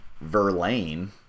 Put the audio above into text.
Verlaine